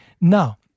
Now